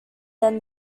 than